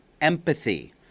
empathy